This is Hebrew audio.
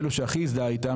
אלה שהוא הכי הזדהה אותם,